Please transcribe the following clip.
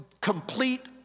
complete